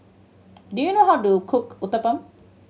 do you know how to cook Uthapam